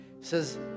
says